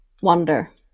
wonder